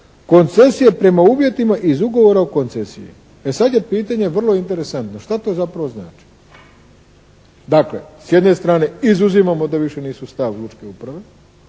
koncesije prema uvjetima i iz ugovora o koncesiji. E sad je pitanje vrlo interesantno što to zapravo znači. Dakle, s jedne strane izuzimamo da više nisu stav lučke uprave.